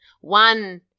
one